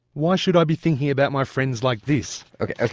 why should i be thinking about my friends like this?